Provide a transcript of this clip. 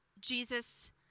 Jesus